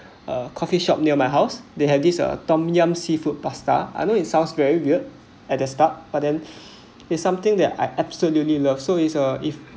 a coffee shop near my house they had this uh tom yum seafood pasta I know it sounds very weird at the start but then it's something that I absolutely love so is uh if